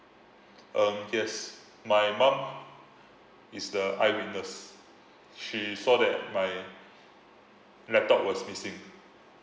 um yes my mum is the eyewitness she saw that my laptop was missing